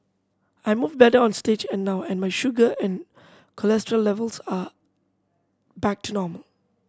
I move better on stage and now and my sugar and cholesterol levels are back to normal